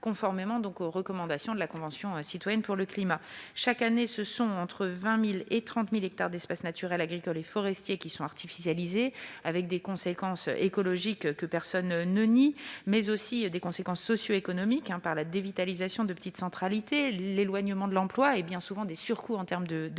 conformément à la recommandation de la Convention citoyenne pour le climat. Chaque année, entre 20 000 et 30 000 hectares d'espaces naturels, agricoles et forestiers sont artificialisés, avec des conséquences écologiques que personne ne nie, mais aussi des conséquences socioéconomiques, telles que la dévitalisation des petites centralités, l'éloignement de l'emploi et des surcoûts pour la